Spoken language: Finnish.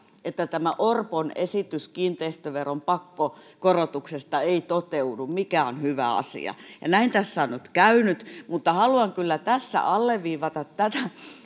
että tämä orpon esitys kiinteistöveron pakkokorotuksesta ei toteudu mikä on hyvä asia näin tässä on nyt käynyt mutta haluan kyllä tässä alleviivata tätä